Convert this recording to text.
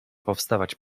powstawać